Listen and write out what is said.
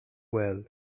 well